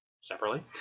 separately